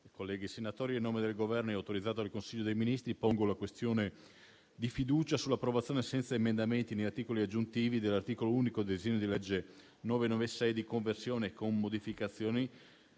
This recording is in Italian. onorevoli senatori, a nome del Governo, autorizzato dal Consiglio dei ministri, pongo la questione di fiducia sull'approvazione, senza emendamenti né articoli aggiuntivi, dell'articolo unico del disegno di legge n. 996, di conversione, con modificazioni,